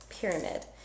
pyramid